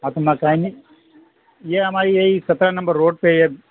اب مکینک یہ ہماری یہی سترہ نمبر روڈ پہ یہ